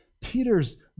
Peter's